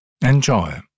Enjoy